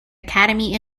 academy